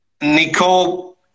Nicole